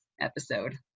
episode